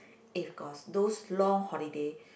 if got those long holiday